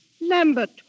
Lambert